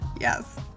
Yes